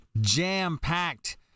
jam-packed